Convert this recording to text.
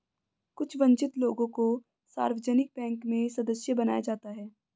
कुछ वन्चित लोगों को सार्वजनिक बैंक में सदस्य बनाया जाता है